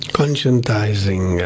conscientizing